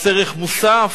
מס ערך מוסף?